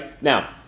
Now